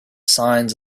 signs